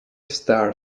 star